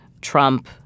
Trump